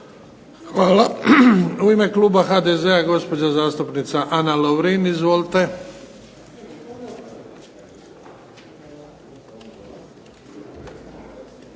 Hvala. U ime kluba HDZ-a, gospođa zastupnica Ana Lovrin. Izvolite.